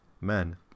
men